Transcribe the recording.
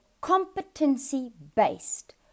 competency-based